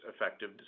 effective